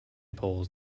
polls